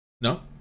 No